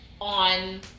on